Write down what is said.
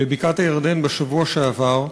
בבקעת-הירדן בשבוע שעבר.